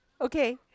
Okay